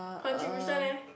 contribution leh